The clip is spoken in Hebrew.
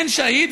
אין שהיד,